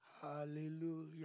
hallelujah